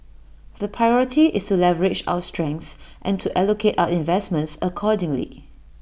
the priority is to leverage our strengths and to allocate our investments accordingly